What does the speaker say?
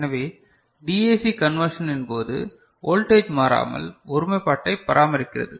எனவே DAC conversion இன்போது voltage மாறாமல் ஒருமைப்பாட்டை பராமரிக்கிறது